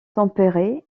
tempéré